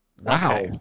Wow